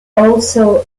also